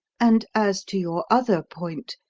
and as to your other point,